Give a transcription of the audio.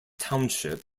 township